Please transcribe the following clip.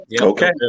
Okay